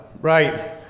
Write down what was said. Right